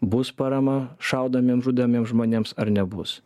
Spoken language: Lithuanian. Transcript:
bus parama šaudomiem žudomiem žmonėms ar nebus